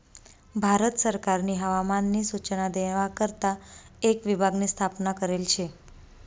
भारत सरकारनी हवामान नी सूचना देवा करता एक विभाग नी स्थापना करेल शे